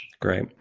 Great